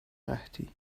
قحطی